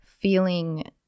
feeling